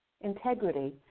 integrity